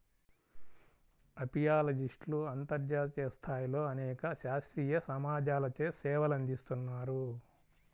అపియాలజిస్ట్లు అంతర్జాతీయ స్థాయిలో అనేక శాస్త్రీయ సమాజాలచే సేవలందిస్తున్నారు